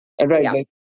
Right